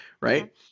right